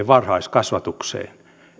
varhaiskasvatukseen